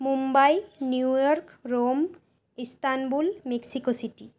Mumbai New York Rome Istanbul Mexico city